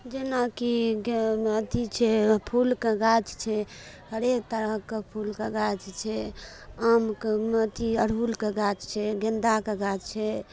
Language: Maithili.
जेना कि अथि छै फूलके गाछ छै हरेक तरहके फूलके गाछ छै आमके अथी अरहुलके गाछ छै गेन्दाके गाछ छै